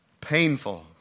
painful